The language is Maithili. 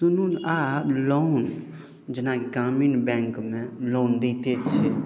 सूद आ लोन जेना ग्रामीण बैंकमे लोन दैते छै